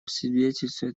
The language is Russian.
свидетельствует